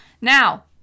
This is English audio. now